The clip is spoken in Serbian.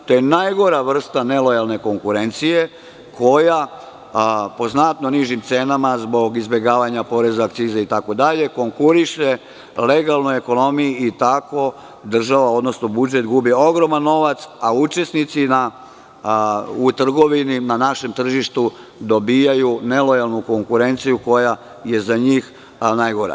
To je najgora vrsta nelojalne konkurencije, koja po znatno nižim cenama, zbog izbegavanja poreza, akciza itd, konkuriše legalnoj ekonomiji i tako država, odnosno budžet gubi ogroman novac, a učesnici u trgovini na našem tržištu dobijaju nelojalnu konkurenciju koja je za njih najgora.